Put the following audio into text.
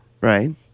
Right